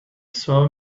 saw